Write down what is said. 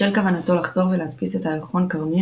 בשל כוונתו לחזור ולהדפיס את הירחון "כרמי",